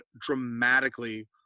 dramatically